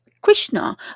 Krishna